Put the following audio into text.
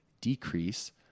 decrease